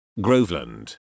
Groveland